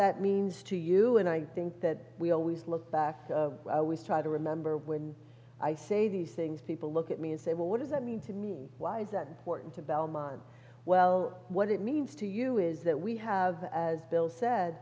that means to you and i think that we always look back we try to remember when i say these things people look at me and say well what does that mean to me why is that wharton to belmont well what it means to you is that we have as bill said